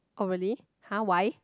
oh really !huh! why